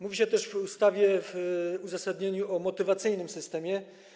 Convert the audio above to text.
Mówi się też w ustawie, w uzasadnieniu o motywacyjnym systemie.